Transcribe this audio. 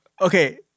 Okay